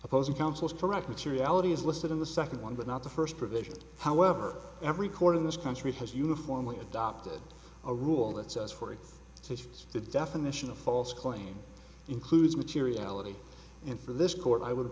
opposing counsel is correct materiality is listed in the second one but not the first provision however every court in this country has uniformly adopted a rule that says for it to the definition a false claim includes materiality and for this court i would